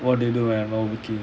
what do you do whenever weekend